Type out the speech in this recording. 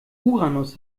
uranus